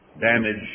damage